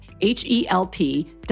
H-E-L-P